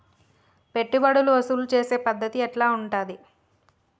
పెట్టుబడులు వసూలు చేసే పద్ధతి ఎట్లా ఉంటది?